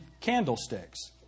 candlesticks